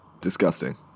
disgusting